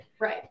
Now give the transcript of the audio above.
Right